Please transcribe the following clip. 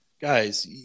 Guys